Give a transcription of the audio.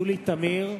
יולי תמיר,